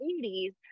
80s